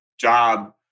job